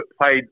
played